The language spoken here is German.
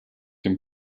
dem